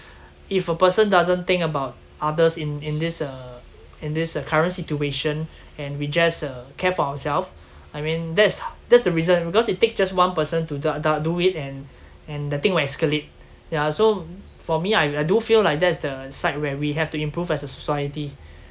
if a person doesn't think about others in in this uh in this uh current situation and we just uh care for ourself I mean that's that's the reason because it takes just one person to d~ da~ do it and and the thing will escalate yeah so for me I I do feel like that's the side where we have to improve as a society